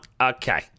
Okay